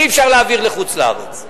אי-אפשר להעביר לחוץ-לארץ,